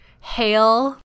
hail